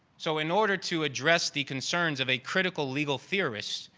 so in order to address the concerns of a critical legal theorist,